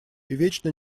вечно